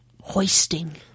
hoisting